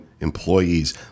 employees